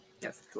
Yes